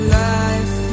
life